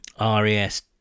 RES